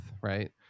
right